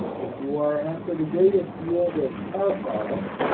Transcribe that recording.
if you are after the greatest yield of tar products,